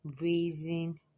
raising